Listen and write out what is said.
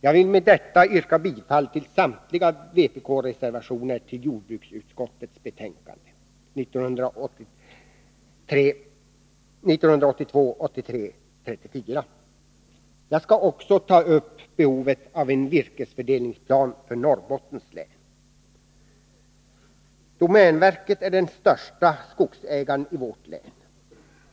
Jag vill med detta yrka bifall till samtliga vpk-reservationer, som är fogade till jordbruksutskottets betänkande 1982/83:34. Jag skall också ta upp behovet av en virkesfördelningsplan för Norrbottens län. Domänverket är den största skogsägaren i vårt län.